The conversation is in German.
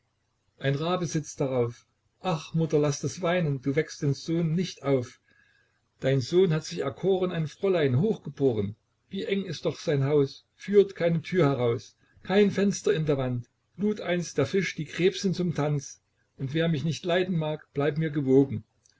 ein rabe sitzt darauf ach mutter laß das weinen du weckst den sohn nicht auf dein sohn hat sich erkoren ein fräulein hochgeboren wie eng ist doch sein haus führt keine tür heraus kein fenster in der wand lud einst der fisch die krebsin zum tanz und wer mich nicht leiden mag bleib mir gewogen